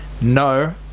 no